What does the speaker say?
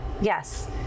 yes